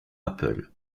apple